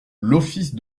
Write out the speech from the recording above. l’office